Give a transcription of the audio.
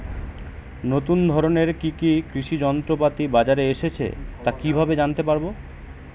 নতুন ধরনের কি কি কৃষি যন্ত্রপাতি বাজারে এসেছে তা কিভাবে জানতেপারব?